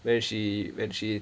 when she when she